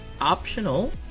optional